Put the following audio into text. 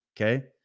Okay